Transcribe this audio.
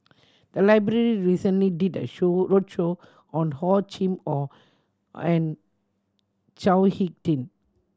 the library recently did a show roadshow on Hor Chim Or and Chao Hick Tin